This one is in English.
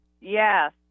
Yes